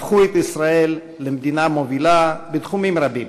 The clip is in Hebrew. הפכו את ישראל למדינה מובילה בתחומים רבים.